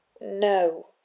No